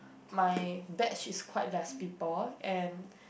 my batch is quite less people and